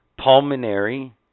pulmonary